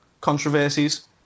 controversies